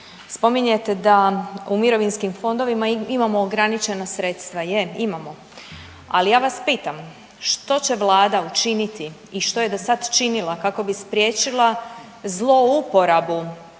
Spominjete da u mirovinskim fondovima imamo ograničena sredstva, je, imamo, ali ja vas pitam, što će Vlada učiniti i što je dosad činila kako bi spriječila zlouporabu